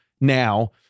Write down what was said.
now